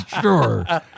sure